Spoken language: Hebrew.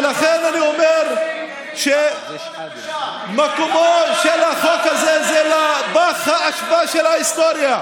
ולכן אני אומר שמקומו של החוק הזה הוא בפח האשפה של ההיסטוריה.